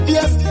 Yes